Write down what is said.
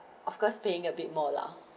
of course paying a bit more lah